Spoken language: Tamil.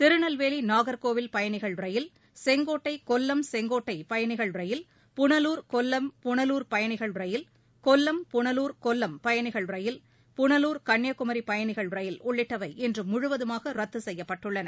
திருநெல்வேலி நாகா்கோவில் பயணிகள் ரயில் செங்கோட்டை கொல்லம் செங்கோட்டை பயணிகள் ரயில் புனலூர் கொல்லம் புனலூர் பயணிகள் ரயில் கொல்லம் புனலூர் கொல்லம் பயணிகள் ரயில் புனலூர் கன்னியாகுமரி பயணிகள் ரயில் உள்ளிட்டவை இன்று முழுவதுமாக ரத்து செய்யப்பட்டுள்ளன